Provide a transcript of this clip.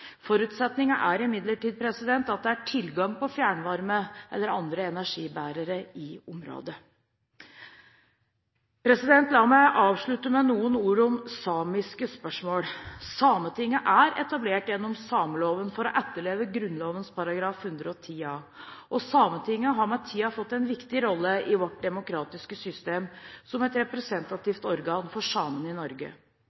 er imidlertid at det er tilgang på fjernvarme eller andre energibærere i området. La meg avslutte med noen ord om samiske spørsmål. Sametinget er etablert gjennom sameloven for å etterleve Grunnloven § 110a, og Sametinget har med tiden fått en viktig rolle i vårt demokratiske system som et